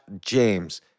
James